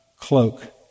cloak